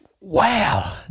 Wow